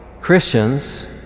Christians